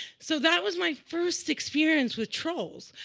so that was my first experience with trolls.